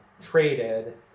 traded